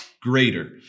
greater